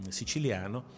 siciliano